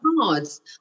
cards